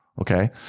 Okay